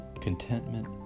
contentment